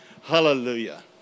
Hallelujah